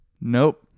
nope